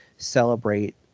Celebrate